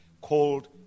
called